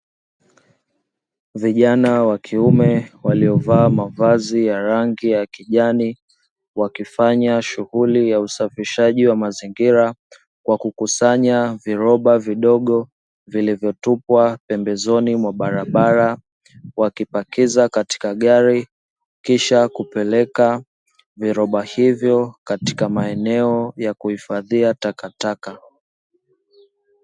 Vijana wa kiume waliovaa mabazi ya kijani, wakifanya shughuli ya usafishaji mazingira, kwa kukusanya viroba vidogo vilivyotupwa pembezoni mwa barabara, wakipakiza katika gari, kisha kupeleka viroba hivyo katika maeneo ya kuhifadhia takataka.